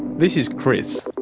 this is chris,